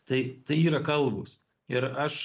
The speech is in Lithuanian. tai tai yra kalbos ir aš